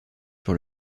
sur